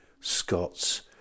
Scots